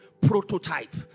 prototype